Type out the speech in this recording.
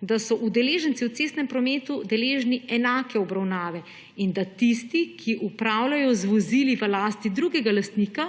da so udeleženci v cestnem prometu deležni enake obravnave in da tisti, ki upravljajo z vozili v lasti drugega lastnika,